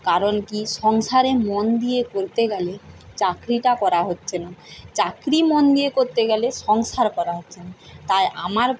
কারণ কী সংসারে মন দিয়ে করতে গেলে চাকরিটা করা হচ্ছে না চাকরি মন দিয়ে করতে গেলে সংসার করা হচ্ছে না তাই আমার